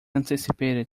anticipated